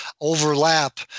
overlap